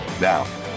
Now